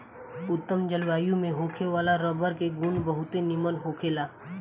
उत्तम जलवायु में होखे वाला रबर के गुण बहुते निमन होखेला